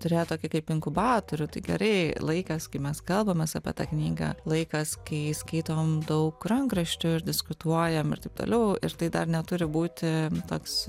turėjo tokį kaip inkubatorių tai gerai laikas kai mes kalbamės apie tą knygą laikas kai skaitom daug rankraščių ir diskutuojam ir taip toliau ir tai dar neturi būti toks